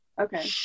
Okay